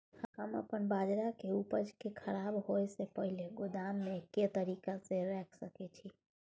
हम अपन बाजरा के उपज के खराब होय से पहिले गोदाम में के तरीका से रैख सके छी?